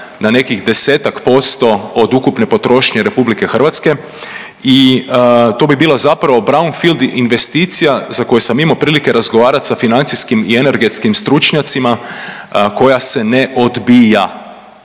na nekih 10-ak posto od ukupne potrošnje RH i tu bi bila zapravo brownfield investicija za koju sam imao prilike razgovarati sa financijskim i energetskim stručnjacima koja se ne odbija.